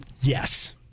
yes